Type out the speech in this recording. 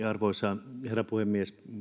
arvoisa herra puhemies